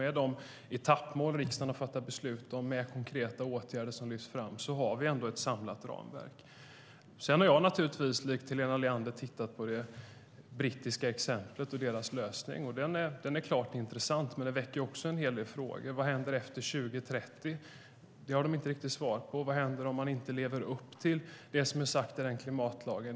Med de etappmål som riksdagen har fattat beslut om med konkreta åtgärder som lyfts fram tycker jag alltså att vi har ett samlat ramverk. Jag har naturligtvis, likt Helena Leander, tittat på det brittiska exemplet och deras lösning. Den är klart intressant, men den väcker också en hel del frågor. Vad händer efter 2030? Det har de inte riktigt svar på. Vad händer om man inte lever upp till det som är sagt i den klimatlagen?